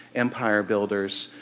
empire builders,